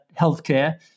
healthcare